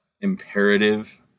imperative